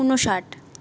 উনষাট